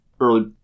early